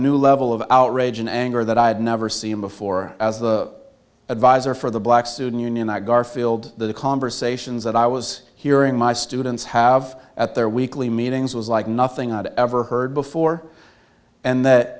new level of outrage and anger that i had never seen before as the advisor for the black student union that garfield the conversations that i was hearing my students have at their weekly meetings was like nothing i'd ever heard before and that